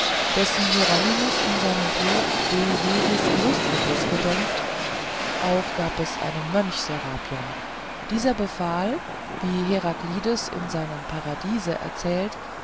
dessen hieronymus in seinem buche de viris illustribus gedenkt auch gab es einen mönch serapion dieser befahl wie heraklides in seinem paradiese erzählt